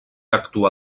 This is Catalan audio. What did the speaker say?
actua